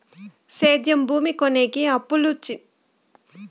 సేద్యం భూమి కొనేకి, అప్పుకి చిన్న రైతులు అర్హులా?